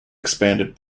expanded